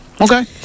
Okay